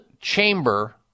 chamber